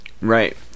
right